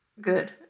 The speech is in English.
Good